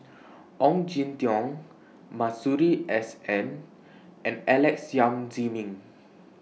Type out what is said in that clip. Ong Jin Teong Masuri S N and Alex Yam Ziming